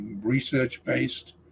research-based